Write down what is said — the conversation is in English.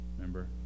Remember